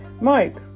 Mike